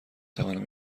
توانم